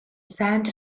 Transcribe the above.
sand